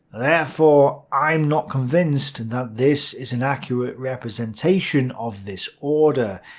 therefore, i'm not convinced and that this is an accurate representation of this order,